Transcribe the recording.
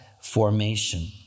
formation